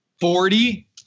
Forty